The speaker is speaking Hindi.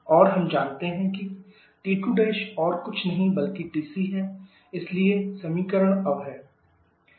TC और हम जानते हैं कि T2 और कुछ नहीं बल्कि Tc है इसलिए समीकरण अब है Cp vapT2 TChfg